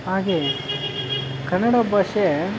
ಹಾಗೆ ಕನ್ನಡ ಭಾಷೆ